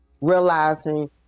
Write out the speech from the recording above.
realizing